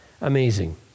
Amazing